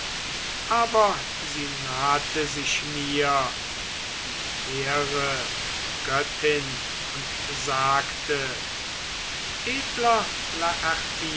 aber sie nahte sich mir die hehre göttin und sagte edler